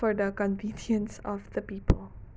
four the convenience of the people